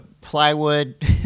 plywood